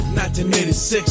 1986